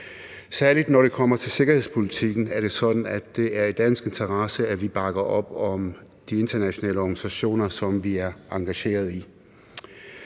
Særlig når det kommer til sikkerhedspolitikken, er det sådan, at det er i dansk interesse, at vi bakker op om de internationale organisationer, som vi er engageret i.